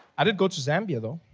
i did go to zambia though.